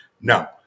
No